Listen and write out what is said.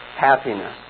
happiness